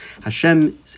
Hashem